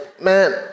Man